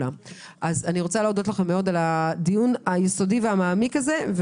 אני רוצה להודות לכם על הדיון היסודי והמעמיק הזה.